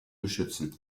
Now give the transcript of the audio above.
beschützen